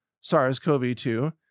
SARS-CoV-2